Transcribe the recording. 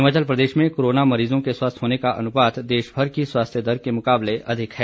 हिमाचल प्रदेश में कोरोना मरीजों के स्वस्थ होने का अनुपात देश भर की स्वास्थ्य दर के मुकाबले अधिक है